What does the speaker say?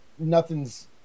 Nothing's